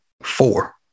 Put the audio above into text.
four